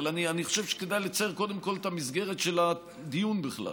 אבל אני חושב שכדאי לצייר קודם כול את המסגרת של הדיון בכלל.